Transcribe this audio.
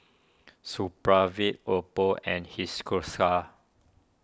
Supravit Oppo and